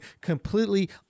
completely